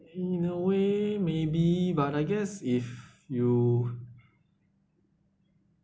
in a way maybe but I guess if you